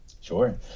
Sure